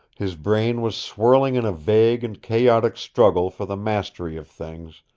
his brain was swirling in a vague and chaotic struggle for the mastery of things,